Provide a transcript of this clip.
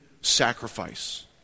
sacrifice